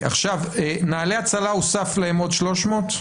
נעל"ה הצלה, הוסף להם עוד 300?